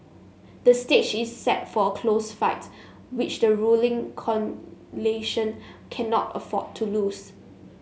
the stage is set for a close fight which the ruling coalition cannot afford to lose